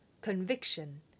conviction